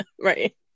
right